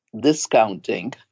discounting